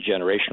generational